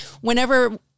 whenever